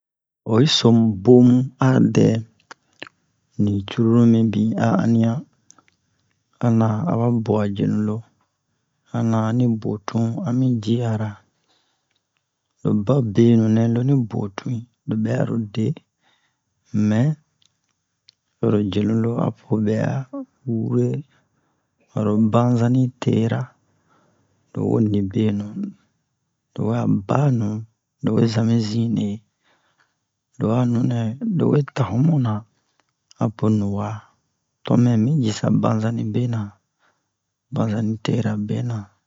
Oyi so mu bomu a dɛ ni cururu mibin a aniyan a na aba buwa jenu lo a na ani botun ami ji'ara lo babenu nɛ lo ni botun'i lo bɛ'a lo de mɛ horo jenu lo a po bɛ'a wure aro bazani tera lo wo nibenu lo a banu lo we zan mi zine lo a nunɛ lowe ta humu na a po nuwa to mɛ mi jisa bazani be na bazani tera be na